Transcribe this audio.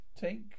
Take